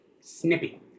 snippy